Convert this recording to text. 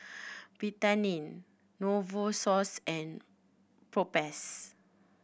Betadine Novosource and Propass